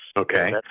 Okay